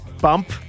bump